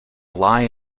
lie